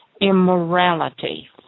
immorality